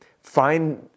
find